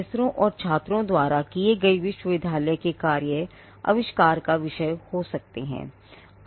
प्रोफेसरों और छात्रों द्वारा किए गए विश्वविद्यालय के कार्य आविष्कार का विषय हो सकते हैं